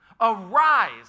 arise